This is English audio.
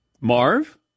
Marv